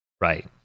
right